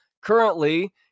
Currently